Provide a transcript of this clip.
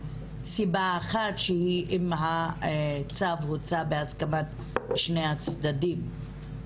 שהיא אם הצו הוצא בהסכמת שני הצדדים.